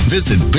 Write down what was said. Visit